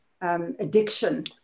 addiction